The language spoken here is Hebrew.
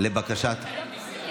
למשוך, כן.